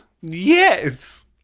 Yes